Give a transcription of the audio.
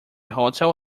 hotel